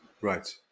Right